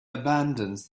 abandons